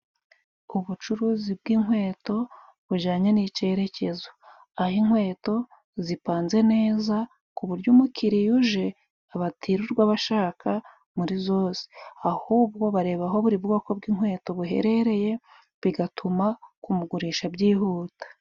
Ubucuruzi bw'inkweto bujanye n'icyerekezo aho inkweto zipanze neza ku buryo umukiriya uje, batirirwa bashaka muri zose ahubwo bareba aho buri bwoko bw'inkweto buherereye, bigatuma kumugurisha byihuta.